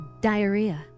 diarrhea